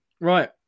Right